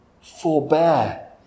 forbear